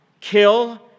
kill